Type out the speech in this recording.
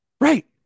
right